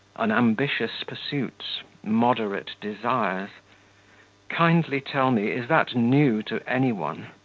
unambitious pursuits, moderate desires kindly tell me, is that new to any one?